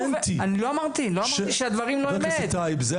אני לא אומר שזה היה